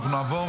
אנחנו נעבור